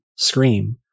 Scream